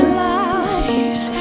lies